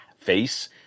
face